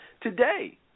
today